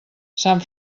sant